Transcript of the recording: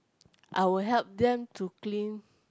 I will help them to clean